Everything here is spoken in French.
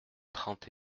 trente